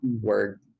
word